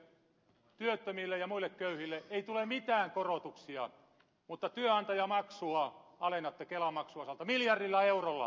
työttömille ja muille köyhille ei tule mitään korotuksia mutta työnantajamaksua alennatte kelamaksun osalta miljardilla eurolla